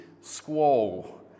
squall